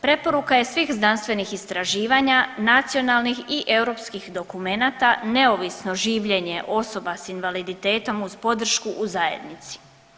Preporuka je svih znanstvenih istraživanja nacionalnih i europskih dokumenata neovisno življenje osoba s invaliditetom uz podršku u zajednici.